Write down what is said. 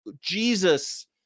Jesus